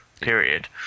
period